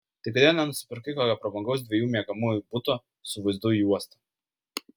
tai kodėl nenusipirkai kokio prabangaus dviejų miegamųjų buto su vaizdu į uostą